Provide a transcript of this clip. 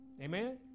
Amen